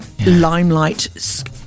limelight